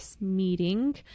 Meeting